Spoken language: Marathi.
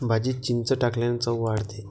भाजीत चिंच टाकल्याने चव वाढते